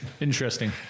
Interesting